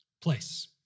place